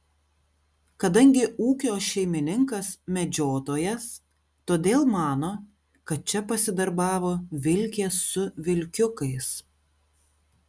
kadangi ūkio šeimininkas medžiotojas todėl mano kad čia pasidarbavo vilkės su vilkiukais